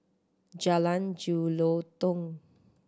Jalan Jelutong